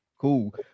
cool